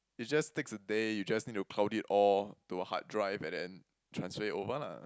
it just takes a day you just need to cloud it all to a hard drive and then transfer it over lah